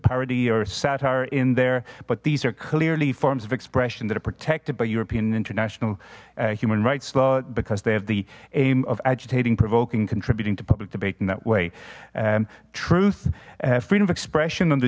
parody or satire in there but these are clearly forms of expression that are protected by european and international human rights law because they have the aim of agitating provoking contributing to public debate in that way and truth freedom of expression under